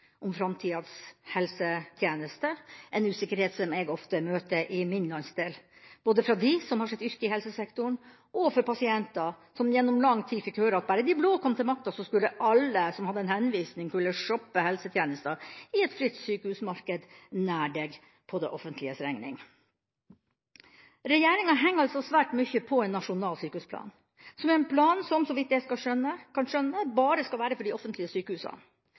om framtidas helsetjeneste, en usikkerhet som jeg ofte møter i min landsdel, både fra dem som har sitt yrke i helsesektoren, og fra pasienter som gjennom lang tid fikk høre at bare de blå kom til makta, skulle alle som hadde en henvisning, kunne shoppe helsetjenester i et fritt sykehusmarked nær deg – på det offentliges regning. Regjeringa henger altså svært mye på en nasjonal sykehusplan, som er en plan som – så vidt jeg kan skjønne – bare skal være for de offentlige sykehusene.